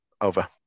over